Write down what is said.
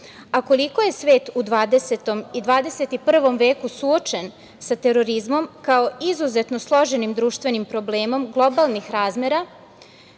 Koliko je svet u 20. i 21. veku suočen sa terorizmom, kao izuzetno složenim društvenim problemom globalnih razmera,